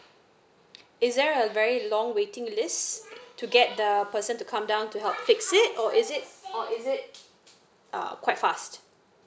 is there a very long waiting list to get the person to come down to help fix it or is it or is it uh quite fast